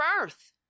Earth